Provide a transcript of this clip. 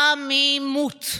עמימות.